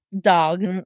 dog